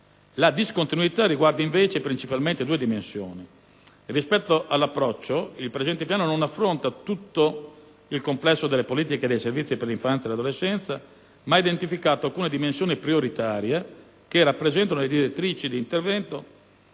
La discontinuità riguarda, invece, principalmente due dimensioni. Rispetto all'approccio, il presente Piano non affronta tutto il complesso delle politiche e dei servizi per l'infanzia e l'adolescenza, ma ha identificato alcune dimensioni prioritarie che rappresentano le direttrici di intervento